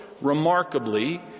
Remarkably